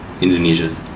Indonesia